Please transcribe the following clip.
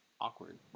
awkward